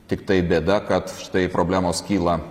tiktai bėda kad štai problemos kyla